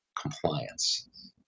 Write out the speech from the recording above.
compliance